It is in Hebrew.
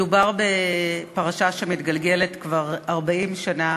מדובר בפרשה שמתגלגלת כבר 40 שנה